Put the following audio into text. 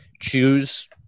choose